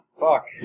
Fuck